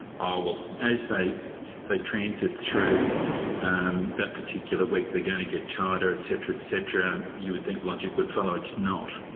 oh well, as they they transit through um that particular week, they're going to get tireder, et cetera, et cetera, you would think logic would follow it's not.